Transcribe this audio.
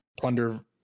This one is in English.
plunder